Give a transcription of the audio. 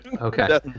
Okay